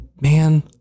Man